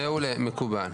מקובל.